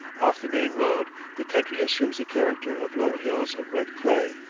off the main road the country assumes the character of low hills of red clay,